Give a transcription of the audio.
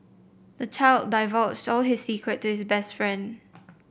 the child divulged all his secrets to his best friend